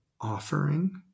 offering